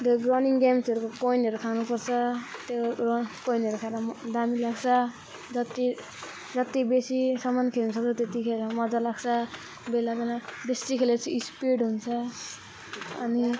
त्यो रनिङ गेम्सहरूको कोइनहरू खानु पर्छ त्यो र कोइनहरू खाएर दामी लाग्छ जति जति बेसीसम्म खेल्नु सक्छ त्यतिखेर मजा लाग्छ बेला बेला बेसी खेले पछि स्पिड हुन्छ अनि